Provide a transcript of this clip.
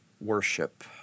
worship